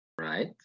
Right